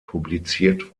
publiziert